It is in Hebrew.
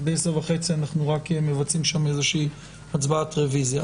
אז ב-10:30 אנחנו רק מבצעים שם איזושהי הצבעת רביזיה.